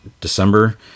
December